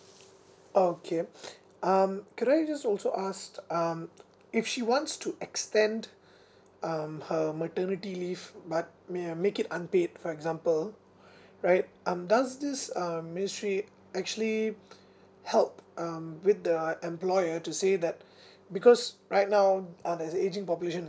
oh can um could I just also ask um if she wants to extend um her maternity leave but may~ uh make it unpaid for example right um does this um ministry actually help um with the employer to say that because right now uh there's ageing population